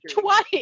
twice